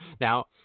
Now